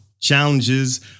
challenges